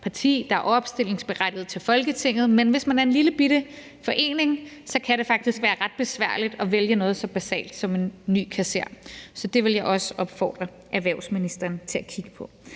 der er opstillingsberettiget til Folketinget, men hvis man er en lillebitte forening, kan det faktisk være ret besværligt at vælge noget så basalt som en ny kasserer, så det vil jeg også opfordre erhvervsministeren til at kigge på.